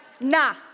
nah